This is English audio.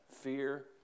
fear